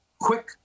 quick